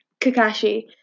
Kakashi